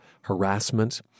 harassment